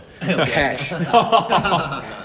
cash